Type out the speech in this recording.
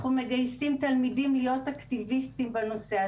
אנחנו מגייסים תלמידים להיות אקטיביסטיים בנושא.